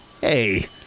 hey